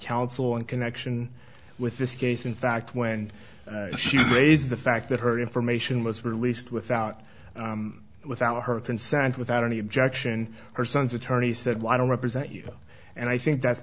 counsel in connection with this case in fact when she raised the fact that her information was released without without her consent without any objection her son's attorney said why don't represent you and i think that's